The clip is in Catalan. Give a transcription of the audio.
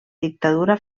dictadura